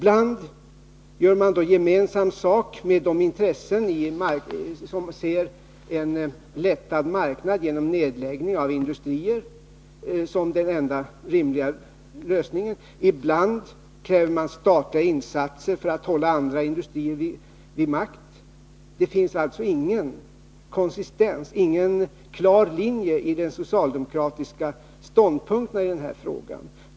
Ibland gör man gemensam sak med de intressen som ser en lättad marknad genom nedläggning av industrier som den enda rimliga lösningen. Ibland kräver man statliga insatser för att hålla andra industrier vid liv. Det finns alltså ingen klar linje i de socialdemokratiska ståndpunkterna i denna fråga.